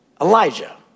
Elijah